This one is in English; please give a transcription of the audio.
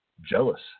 jealous